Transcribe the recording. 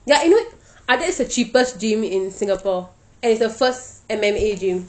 ya you know ah that's the cheapest gym in singapore and it's the first M_M_A gym